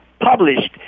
published